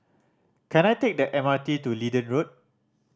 can I take the M R T to Leedon Road